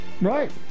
right